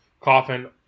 Coffin